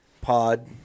pod